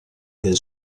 del